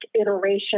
iteration